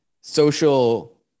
social